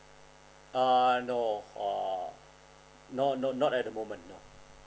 err no for no no not at the moment no